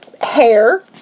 hair